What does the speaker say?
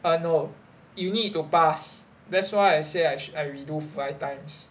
err no you need to pass that's why I say I redo five times